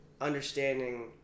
understanding